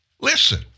Listen